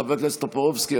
חבר הכנסת טופורובסקי,